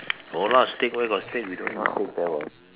no lah steak where got steak we don't eat steak there [what]